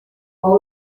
fou